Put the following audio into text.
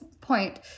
point